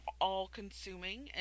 all-consuming